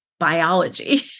biology